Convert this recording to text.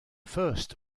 first